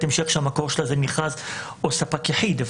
המשך שהמקור שלה זה מכרז או ספק יחיד.